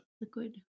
Liquid